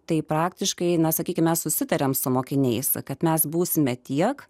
tai praktiškai na sakykime susitariame su mokiniais kad mes būsime tiek